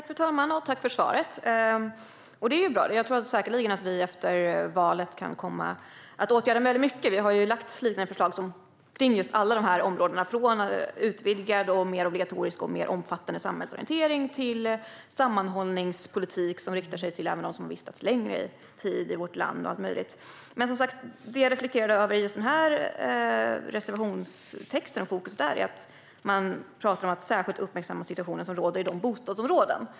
Fru talman! Tack för svaret, Erik Slottner! Det är bra. Jag tror säkerligen att vi efter valet kan komma att åtgärda väldigt mycket. Vi har ju lagt fram liknande förslag på alla dessa områden, från att utvidga samhällsorienteringen så att den blir mer obligatorisk och mer omfattande till sammanhållningspolitik som riktar sig även till dem som har vistats en längre tid i vårt land. Det jag reflekterade över i just denna reservationstext och vad gäller textens fokus är att man talar om att särskilt uppmärksamma situationen som råder i vissa bostadsområden.